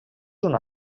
una